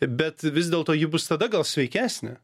bet vis dėlto ji bus tada gal sveikesnė